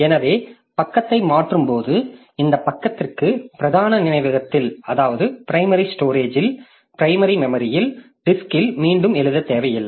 எனவே பக்கத்தை மாற்றும் போது இந்த பக்கத்திற்கு பிரதான நினைவகத்தில் டிஸ்க்ல் மீண்டும் எழுத தேவையில்லை